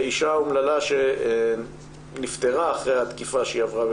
אישה אומללה שנפטרה אחרי התקיפה שהיא עברה,